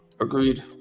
Agreed